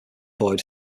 void